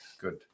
good